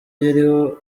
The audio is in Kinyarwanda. yariho